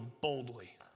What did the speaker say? boldly